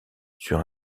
sur